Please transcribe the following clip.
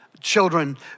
children